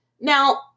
Now